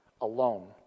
alone